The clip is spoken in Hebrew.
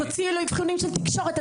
תוציאי אבחונים של תקשורת,